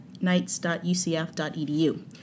knights.ucf.edu